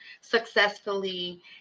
successfully